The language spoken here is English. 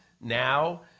now